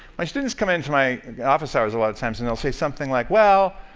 my students come in for my office hours a lot of times, and they'll say something like, well,